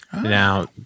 Now